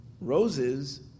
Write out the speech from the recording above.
Roses